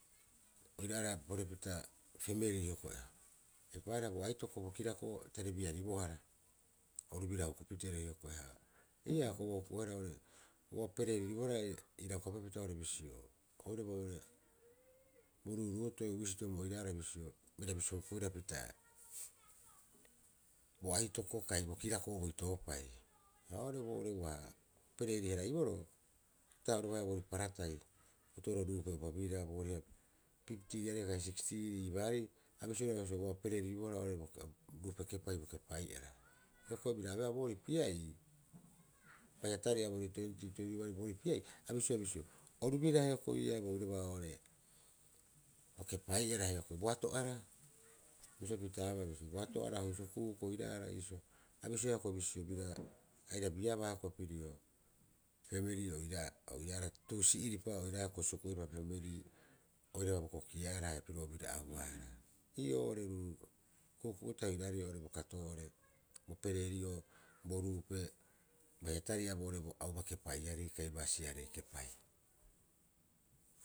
Oiraareha porepita pemelii hioko'i eipaareha bo aitoko bo kirako'o tare biaribohara oru biraa hukupitee. Hioko'i ii'aa ua huku'oehara ua pleriribohara irau kopepita oo'ore bisio bo ruuruuto'e uisdom oira'ara bisio bira bisio hukuhara pita bo aitoko kai bo kirako'o boitoopai. Ha oo'ore boo'ore ua pleri- haraiboroo ta oru baia boori paratai ato'oro ruupe'opa biraa booriha piptiiriarei kai sikstiirii, iibaari. A bisioea roga'a bisio, ua pleeriri- bohara ruupe kepai bo kepai'ara. Hioko'i bira abeea boori pia'ii baiha tari'a tuentii, tuenti'uari, a bisioea bisio oru biraa hioko'i ii'aa oiraba bo kepai'oro hioko'i boato'ara bisio pitaabaa, hausu kuuku oira'ara a bisioea hioko'i bisio bira aira biabaa hioko'i pirio pemilii oira'ara tuusi'iripa oiraae suku'u'iripa pemilii oiraba bo kokia'ara airaba pirio obira'auara. Ii'oo oo'ore ku'uku'u tahi oiraarei oo'ore bokato'oo oo'ore ku'uku'u tahi oiraarei oo'ore bokato'oo oo'ore bo pleeri'oo bo ruupe baiha tari'a boo'ore auba kepaiiarei kai baasiaree kepai.